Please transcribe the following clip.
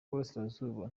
y’iburasirazuba